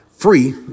free